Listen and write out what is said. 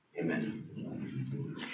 Amen